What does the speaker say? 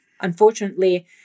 Unfortunately